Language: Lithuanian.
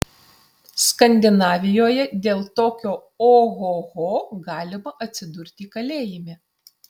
skandinavijoje dėl tokio ohoho galima atsidurti kalėjime